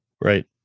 Right